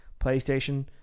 playstation